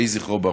יהי זכרו ברוך.